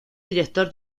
director